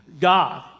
God